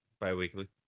bi-weekly